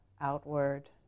outward